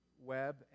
web